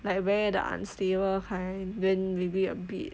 like very the unstable kind then maybe a bit